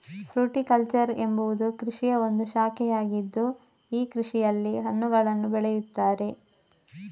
fruticulture ಎಂಬುವುದು ಕೃಷಿಯ ಒಂದು ಶಾಖೆಯಾಗಿದ್ದು ಈ ಕೃಷಿಯಲ್ಲಿ ಹಣ್ಣುಗಳನ್ನು ಬೆಳೆಯುತ್ತಾರೆ